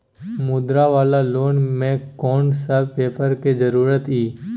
मुद्रा वाला लोन म कोन सब पेपर के जरूरत इ?